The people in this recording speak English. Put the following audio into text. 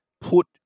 put